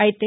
అయితే